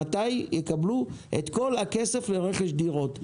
מתי יקבלו את כל הכסף לרכש דירות?